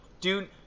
dude